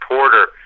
Porter